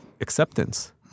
acceptance